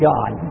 God